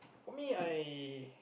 for me I